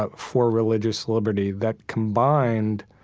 ah for religious liberty that combined,